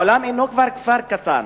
העולם כבר אינו כפר קטן